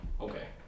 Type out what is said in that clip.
Okay